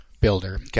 builder